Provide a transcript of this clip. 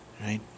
Right